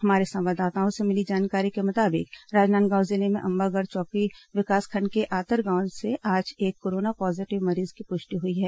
हमारे संवाददाताओं से मिली जानकारी के मुताबिक राजनांदगांव जिले में अंबागढ़ चौकी विकासखंड के आतरगांव में आज एक कोरोना पॉजीटिव मरीज की पुष्टि हुई है